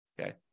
Okay